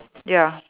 ya